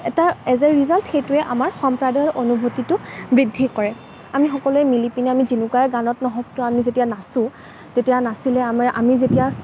এটা as a result সেইটোৱে আমাৰ সম্প্ৰদায়ৰ অনুভূতিটো বৃদ্ধি কৰে আমি সকলোৱে মিলি পিনে আমি যেনেকুৱাই গানত নহওক কিয় আমি যেতিয়া নাচোঁ তেতিয়া নাচিলে আমাৰ আমি যেতিয়া